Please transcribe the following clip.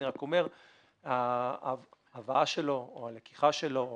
אני רק אומר שההבאה שלו או הלקיחה שלו או